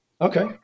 Okay